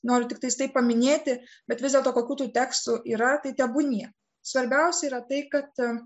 noriu tiktais tai paminėti bet vis dėlto kokių tų tekstų yra tai tebūnie svarbiausia yra tai kad